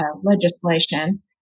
legislation